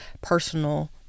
personal